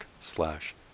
slash